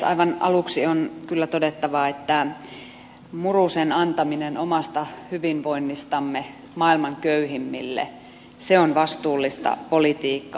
aivan aluksi on kyllä todettava että murusen antaminen omasta hyvinvoinnistamme maailman köyhimmille on vastuullista politiikkaa